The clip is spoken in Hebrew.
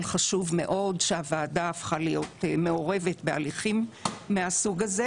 חשוב מאוד שהוועדה הפכה להיות מעורבת בהליכים מהסוג הזה.